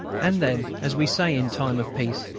and then, as we say in time of peace,